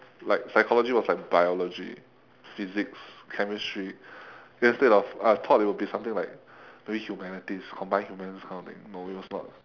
like psychology was like biology physics chemistry then instead of I thought it would be something like maybe humanities combined humanities kind of thing no it was not